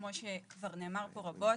כמו שכבר נאמר פה רבות,